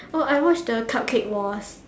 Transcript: oh I watch the cupcake wars